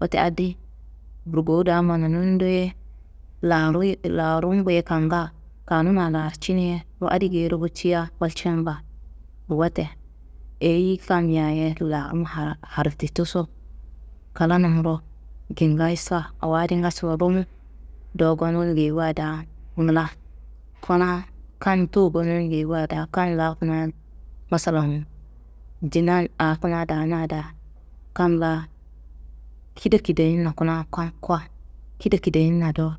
Wote adiyi, burgowu daa manan dowoye larumbuye kanga, kanumma larciniye wo adi geyiro gottiya walcin baa. Wote eyiyi kamiyaye larun hardituso, klanummuro ngingayisa awo adi ngaso rumu do, gonun geyiwa daa ngla. Kuna kam towo gonun geyiwa daa kam laa kuna masalan dinan aa kuna daana daa kam laa kida kideyinna kuna kam koa kida kidayinna do,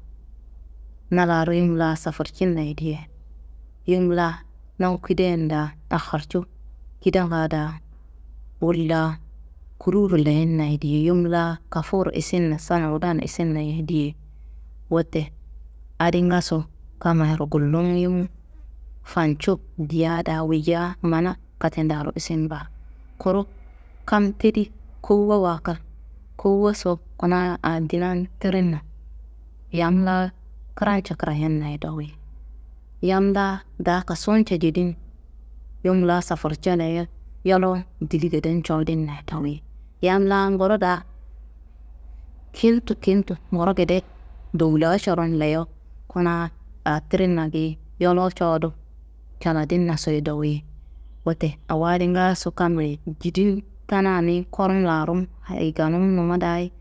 na laaro yim laa safurcinnaye diye yim la nangu kidayan da akharcu kidanga daa wolla kuruwuro leyinnaye, yum la kafuro issinna sa nowudan issinnaye diye. Wote adi ngaso kammayaro gullum yumu fancu diya daa woyiya mana katendaaro issin baa, kuru kam tedi kowuwa kal, kowuwaso kuna aa dinan tirinna, yam la krance krayennaye dowuyi, yam laa daa kasunce jedin, yum laa safurcea leye yolowu dili geden cowodinnaye dowuyi, yam laa nguro daa kintu kintu guro gede dowulaá coron leyo kuna aa tirinna geyi, yolowu cowodu caladinnaso ye dowuyi. Wote awo adi ngaaso kammi jidin tana niyi korun laarun hayiganun numa dayi.